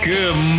Good